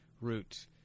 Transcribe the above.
route